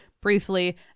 briefly